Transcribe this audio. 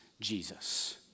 Jesus